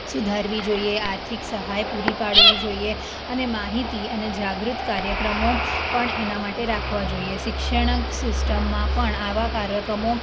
સુધારવી જોઈએ આર્થિક સહાય પૂરી પાડવી જોઈએ અને માહિતી અને જાગૃત કાર્યક્રમો પણ એના માટે રાખવા જોઈએ શિક્ષણાંક સિસ્ટમમાં પણ આવા કાર્યક્રમો